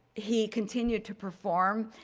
he continued to perform.